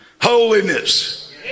holiness